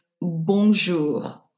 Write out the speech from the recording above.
bonjour